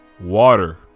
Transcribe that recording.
water